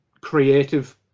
creative